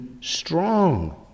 strong